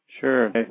Sure